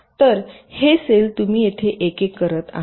तर हे सेल तुम्ही येथे एकेक करत आहात